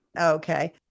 Okay